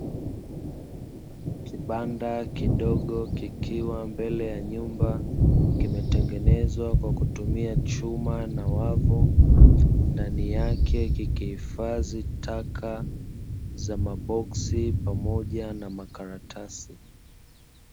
Kibanda kidogo kikiwa mbele ya nyumba, kimetengenezwa kwa kutumia chuma na wavu, ndani yake kikihifadhi taka za maboksi pamoja na makaratasi.